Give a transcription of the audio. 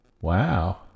Wow